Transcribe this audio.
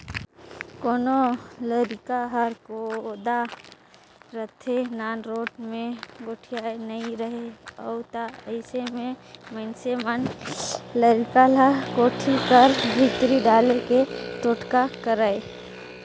कोनो लरिका हर कोदा रहथे, नानरोट मे गोठियात नी रहें उ ता अइसे मे मइनसे मन लरिका ल कोठी कर भीतरी डाले के टोटका करय